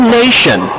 nation